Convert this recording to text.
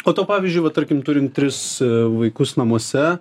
o tau pavyzdžiui va tarkim turint tris vaikus namuose